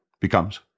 becomes